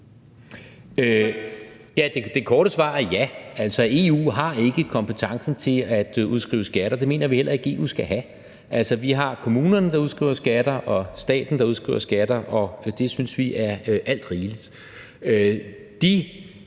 Det korte svar er ja. Altså, EU har ikke kompetencen til at udskrive skatter. Det mener vi heller ikke EU skal have. Altså, vi har kommunerne, der udskriver skatter, og staten, der udskriver skatter, og det synes vi er alt rigeligt.